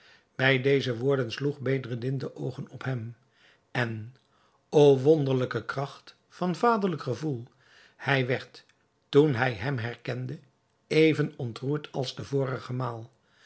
bij deze woorden sloeg bedreddin de oogen op hem en o wonderlijke kracht van vaderlijk gevoel hij werd toen hij hem herkende even ontroerd als de vorige maal